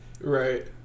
Right